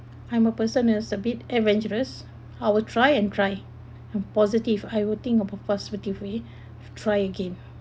I'm a person that's a bit adventurous I will try and try and positive I would think of positive way try again